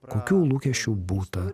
kokių lūkesčių būta